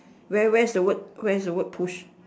where where's the word where's the word push